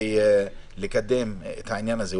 מעוניין ולקדם את העניין הזה.